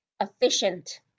efficient